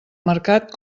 mercat